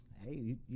hey